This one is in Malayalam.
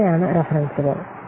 ഇവയാണ് റഫരണ്സുകൾ